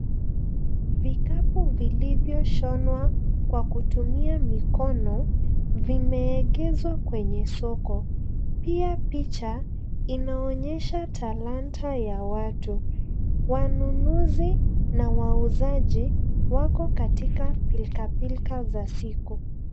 Vikapu vilivyoshonwa, kwa kutumia mikono, vimeegezwa kwenye soko. Pia picha, inaonyesha talanta ya watu. Wanunuzi na wauzaji, wako katika pilikapilika za siku.